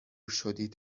شدید